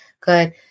good